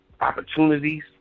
opportunities